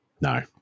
No